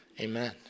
Amen